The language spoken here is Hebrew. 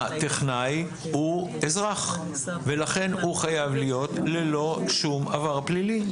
הטכנאי הוא אזרח ולכן הוא חייב להיות ללא שום עבר פלילי,